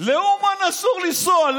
לאומן אסור לנסוע.